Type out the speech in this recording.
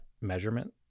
measurement